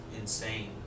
insane